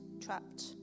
trapped